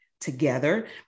together